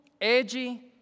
edgy